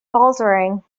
faltering